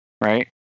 right